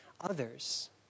others